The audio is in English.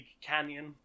canyon